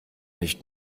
nicht